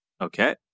Okay